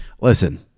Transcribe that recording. listen